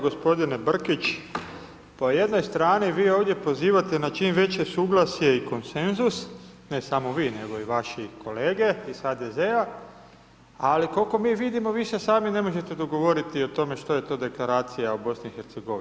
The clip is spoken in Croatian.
Gospodine Brkić, po jednoj strani vi ovdje pozivate na čim veće suglasje i konsenzus, ne samo vi, nego i vaši kolege iz HDZ-a, ali koliko mi vidimo, vi se samo ne možete dogovoriti o tome što je to Deklaracija o BiH.